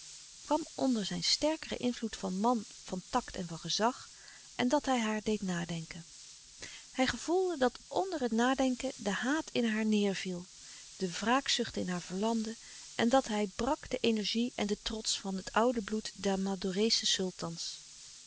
kwam onder zijn sterkeren invloed van man van tact en van gezag en dat hij haar deed nadenken hij gevoelde dat louis couperus de stille kracht onder het nadenken de haat in haar neêrviel de wraakzucht in haar verlamde en dat hij brak de energie en den trots van het oude bloed der